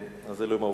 אז אלה הן העובדות.